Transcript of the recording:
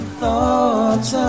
thoughts